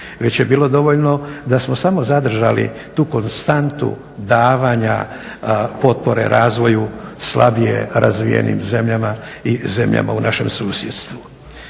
već je bilo dovoljno da smo samo zadržali tu konstantu davanja potpora razvoju slabije razvijenim zemljama i zemljama u našem susjedstvu.